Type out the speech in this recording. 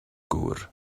gŵr